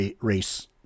race